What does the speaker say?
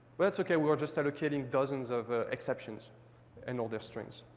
that's okay. we're just allocating dozens of exceptions in all their strings,